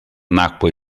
nacque